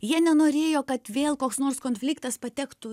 jie nenorėjo kad vėl koks nors konfliktas patektų